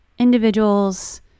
individuals